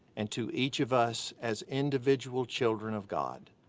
and to each of us as individual children of god.